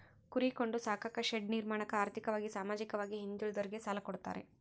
ಕುರಿ ಕೊಂಡು ಸಾಕಾಕ ಶೆಡ್ ನಿರ್ಮಾಣಕ ಆರ್ಥಿಕವಾಗಿ ಸಾಮಾಜಿಕವಾಗಿ ಹಿಂದುಳಿದೋರಿಗೆ ಸಾಲ ಕೊಡ್ತಾರೆ